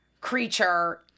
creature